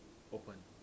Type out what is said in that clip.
open